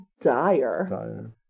Dire